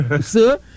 sir